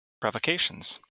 Provocations